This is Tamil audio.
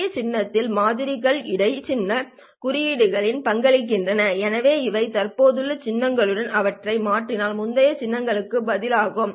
முந்தைய சின்னத்தின் மாதிரிகள் இடை சின்னம் குறுக்கீட்டிற்கு பங்களிக்கின்றன இப்போது தற்போதைய சின்னங்களுடன் அவற்றை மாற்றினால் முந்தைய சின்னத்திற்கு பதிலாக